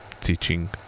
teaching